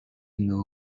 know